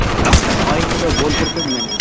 ᱚᱻ ᱦᱚᱸᱜ ᱚᱭ ᱤᱧ ᱫᱚ ᱵᱳᱞᱯᱩᱨ ᱠᱷᱚᱱ ᱤᱧ ᱢᱮᱱ ᱮᱫᱟ